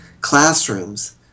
classrooms